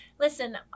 Listen